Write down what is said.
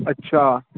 ਅੱਛਾ